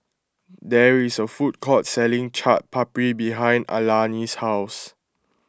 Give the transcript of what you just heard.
there is a food court selling Chaat Papri behind Alani's house